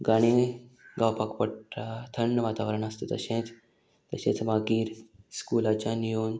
गाणी गावपाक पडटा थंड वातावरण आसता तशेंच तशेंच मागीर स्कुलाच्यान येवन